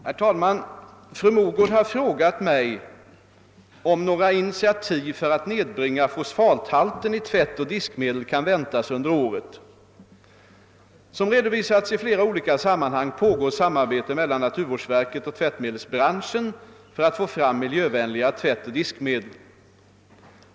Herr talman! Fru Mogård har frågat mig om några initiativ för att nedbringa fosfathalten i tvättoch diskmedel kan väntas under året. Som redovisats i flera olika sammanhang pågår samarbete mellan naturvårdsverket och tvättmedelsbranschen för att få fram miljövänligare tvättoch diskmedel.